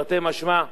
תרתי משמע,